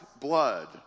blood